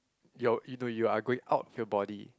your you know you are going out of your body